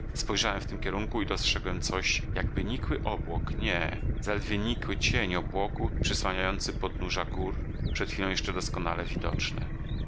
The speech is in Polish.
spojrzałem w tym kierunku i dostrzegłem coś jakby nikły obłok nie zaledwie nikły cień obłoku przysłaniający podnóża gór przed chwilą jeszcze doskonale widoczne